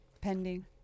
pending